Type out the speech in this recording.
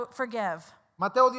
forgive